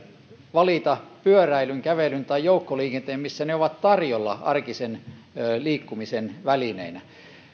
valita pyöräilyn kävelyn tai joukkoliikenteen siellä missä ne ovat tarjolla arkisen liikkumisen välineinä